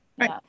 right